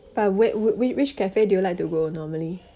but where whi~ which cafe do you like to go normally